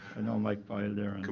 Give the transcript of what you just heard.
know mike boyle, there, and